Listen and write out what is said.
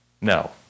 No